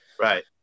Right